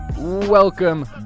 Welcome